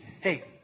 Hey